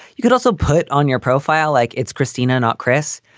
you could also put on your profile like it's christina, not chris.